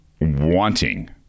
wanting